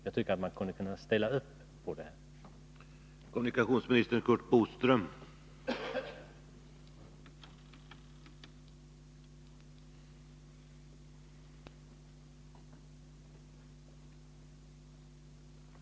Jag tycker att man borde kunna ställa sig bakom detta.